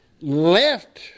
left